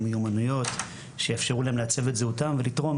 עם מיומנויות שיאפשרו להם לעצב את זהותם ולתרום